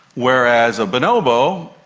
whereas a bonobo,